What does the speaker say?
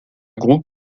groupe